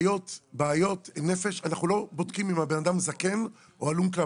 בעיות נפש - אנחנו לא בודקים אם האדם זקן או הלום קרב,